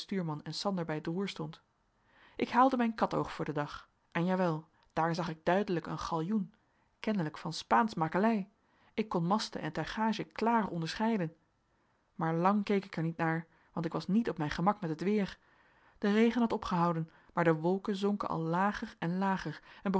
en sander bij het roer stond ik haalde mijn kat oog voor den dag en jawel daar zag ik duidelijk een galjoen kennelijk van spaansch makelei ik kon masten en tuigage klaar onderscheiden maar lang keek ik er niet naar want ik was niet op mijn gemak met het weer de regen had opgehouden maar de wolken zonken al lager en lager en